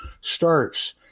starts